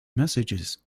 messages